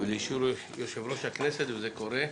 ולאישור יושב-ראש הכנסת, וזה קורה.